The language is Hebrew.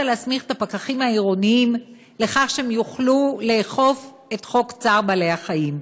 להסמיך את הפקחים העירוניים לאכוף את חוק צער בעלי חיים,